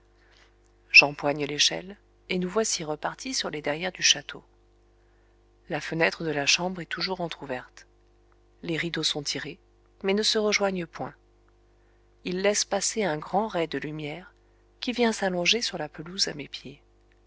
j'empoigne l'échelle et nous voici repartis sur les derrières du château la fenêtre de la chambre est toujours entr'ouverte les rideaux sont tirés mais ne se rejoignent point ils laissent passer un grand rai de lumière qui vient s'allonger sur la pelouse à mes pieds